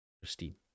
Christine